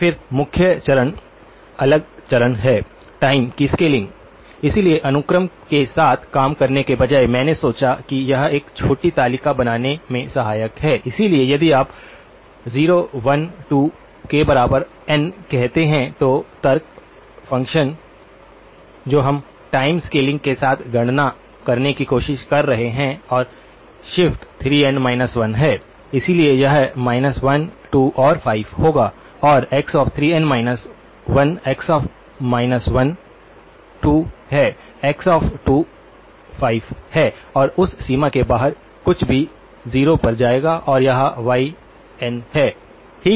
फिर मुख्य चरण अगला चरण है टाइम की स्केलिंग इसलिए अनुक्रम के साथ काम करने के बजाय मैंने सोचा कि यह एक छोटी तालिका बनाने में सहायक है इसलिए यदि आप 0 1 2 के बराबर n कहते हैं तो तर्क फ़ंक्शन जो हम टाइम स्केलिंग के साथ गणना करने की कोशिश कर रहे हैं और शिफ्ट 3n 1 है इसलिए यह 1 2 और 5 होगा और x 3n 1 x 1 2 है x 2 5 है और उस सीमा के बाहर कुछ भी 0 पर जाएगा और यह y n है ठीक